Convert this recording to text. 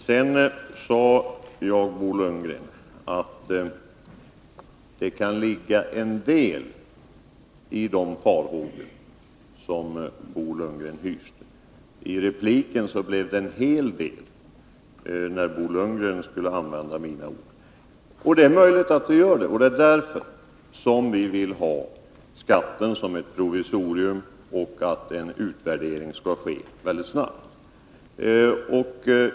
Sedan sade jag, Bo Lundgren, att det kan ligga en del i de farhågor som Bo Lundgren hyste. I repliken blev det ”en hel del”, när Bo Lundgren skulle använda mina ord. Det är möjligt att det gör det, och det är därför som vi vill att skatten skall vara ett provisorium och att en utvärdering skall ske väldigt snabbt.